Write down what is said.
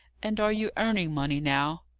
and are you earning money now?